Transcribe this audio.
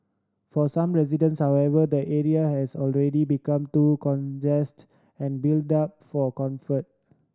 for some residents however the area has already become too congest and built up for comfort